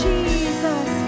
Jesus